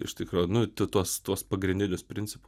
iš tikro nu tu tuos tuos pagrindinius principu